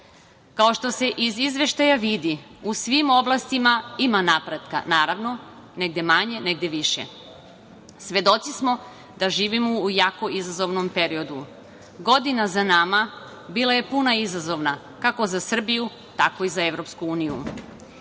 Kao što se iz Izveštaja vidi, u svim oblastima ima napretka. Naravno, negde manje, negde više. Svedoci smo da živimo u jako izazovnom periodu. Godina za nama bila je puna izazova, kako za Srbiju, tako i za EU.Iz